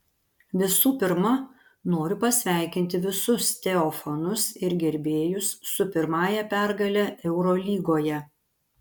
visų pirma noriu pasveikinti visus teo fanus ir gerbėjus su pirmąja pergale eurolygoje